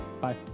Bye